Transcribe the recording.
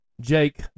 Jake